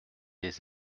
des